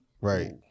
Right